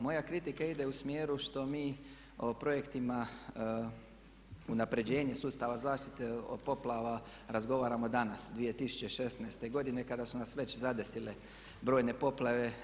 Moja kritika ide u smjeru što mi o projektima unapređenje sustava zaštite od poplava razgovaramo danas, 2016. godine, kada su nas već zadesile brojne poplave.